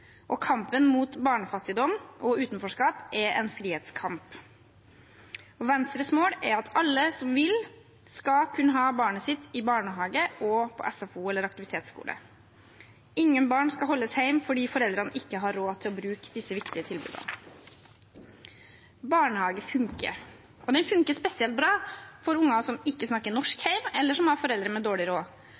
tidlig. Kampen mot barnefattigdom og utenforskap er en frihetskamp. Venstres mål er at alle som vil, skal kunne ha barnet sitt i barnehage og på SFO eller aktivitetsskole. Ingen barn skal holdes hjemme fordi foreldrene ikke har råd til å bruke disse viktige tilbudene. Barnehage funker, og den funker spesielt bra for unger som ikke snakker norsk hjemme, eller som har foreldre med dårlig råd.